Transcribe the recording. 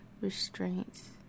restraints